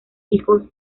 hijos